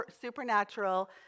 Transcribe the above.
supernatural